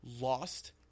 lost